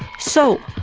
so,